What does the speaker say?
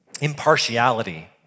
impartiality